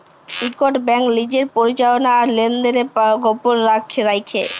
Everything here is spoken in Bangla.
ইকট ব্যাংক লিজের পরিচাললা আর লেলদেল গপল রাইখে